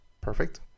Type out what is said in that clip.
Perfect